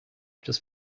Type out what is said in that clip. just